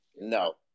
No